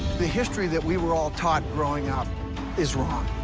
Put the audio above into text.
the history that we were all taught growing up is wrong.